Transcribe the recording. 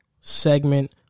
segment